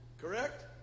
correct